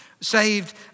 saved